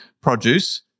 produce